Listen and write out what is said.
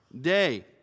day